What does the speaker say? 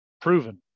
proven